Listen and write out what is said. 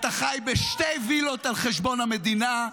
אתה חי בשתי וילות על חשבון המדינה,